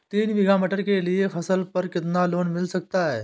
तीन बीघा मटर के लिए फसल पर कितना लोन मिल सकता है?